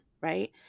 right